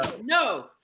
no